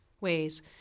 ways